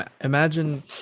imagine